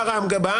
הורמה גבה,